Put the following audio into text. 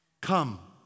Come